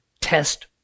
test